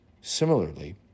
Similarly